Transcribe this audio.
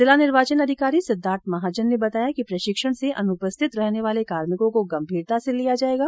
जिला निर्वाचन अधिकारी सिद्दार्थ महाजन ने बताया कि प्रशिक्षण से अनुपस्थित रहने वाले कार्भिकों को गंभीरता से लिया जाएगा